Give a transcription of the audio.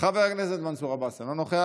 חבר הכנסת אוסאמה סעדי, אינו נוכח,